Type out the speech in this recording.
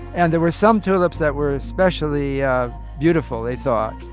and there were some tulips that were especially beautiful, they thought.